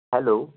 hello